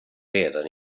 redan